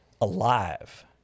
alive